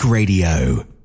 Radio